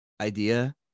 idea